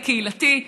הקהילתי,